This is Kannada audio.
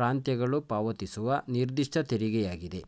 ಪ್ರಾಂತ್ಯಗಳು ಪಾವತಿಸುವ ನಿರ್ದಿಷ್ಟ ತೆರಿಗೆಯಾಗಿದೆ